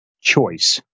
choice